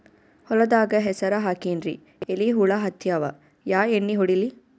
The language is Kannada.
ಹೊಲದಾಗ ಹೆಸರ ಹಾಕಿನ್ರಿ, ಎಲಿ ಹುಳ ಹತ್ಯಾವ, ಯಾ ಎಣ್ಣೀ ಹೊಡಿಲಿ?